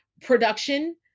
production